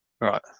Right